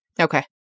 Okay